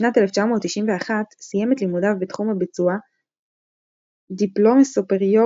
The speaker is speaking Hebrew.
בשנת 1991 סיים את לימודיו בתחום הביצוע Diplome supérieur